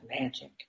magic